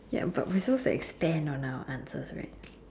ya but we're supposed to extent on our answers right